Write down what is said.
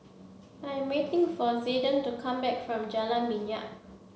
I am waiting for Zayden to come back from Jalan Minyak